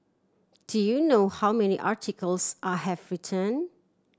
do you know how many articles I have written